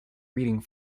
reading